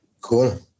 Cool